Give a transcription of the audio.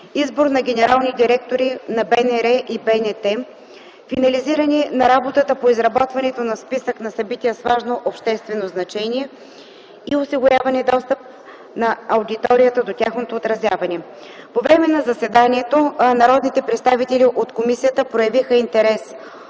избор на генерални директори на БНР и на БНТ; - финализиране на работата по изработването на списък на събития с важно обществено значение и осигуряване достъп на аудиторията до тяхното отразяване. По време на заседанието народните представители от комисията проявиха интерес: